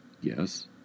Yes